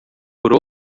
por